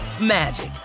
magic